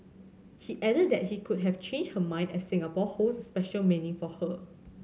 he added that she could have changed her mind as Singapore holds special meaning for her